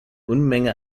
unmenge